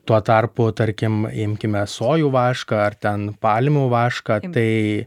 tuo tarpu tarkim imkime sojų vašką ar ten palmių vašką tai